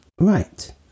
right